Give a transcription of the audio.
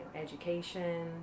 education